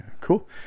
cool